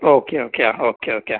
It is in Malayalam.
ഓക്കെ ഓക്കെ ആ ഓക്കെ ഓക്കെ ആ